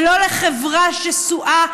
ולא לחברה שסועה,